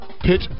pitch